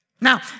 Now